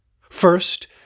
First